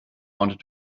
wanted